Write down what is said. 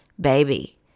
baby